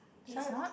sia